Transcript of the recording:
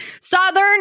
Southern